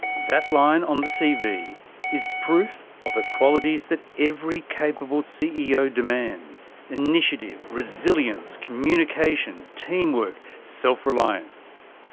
that line on the cv is proof of the qualities that every capable ceo demands initiative, resilience, communication, teamwork, self-reliance.